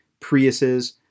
Priuses